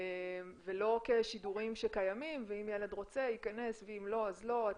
ולא כשידורים שקיימים ואם ילד רוצה ייכנס ואם לא אז לא,